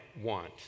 want